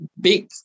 big